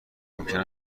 ممکن